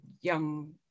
young